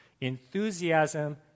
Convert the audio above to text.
Enthusiasm